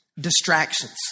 distractions